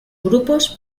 grupos